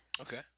okay